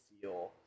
feel